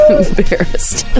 embarrassed